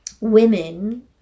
Women